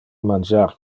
mangiar